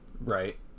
Right